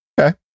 Okay